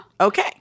Okay